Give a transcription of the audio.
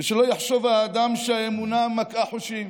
ושלא יחשוב האדם שהאמונה מקהה חושים.